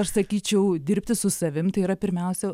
aš sakyčiau dirbti su savim tai yra pirmiausia